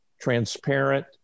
transparent